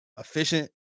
efficient